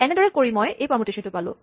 এনেদৰে কৰি মই এই পাৰমুটেচনটো পালোঁ